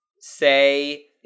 Say